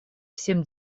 всем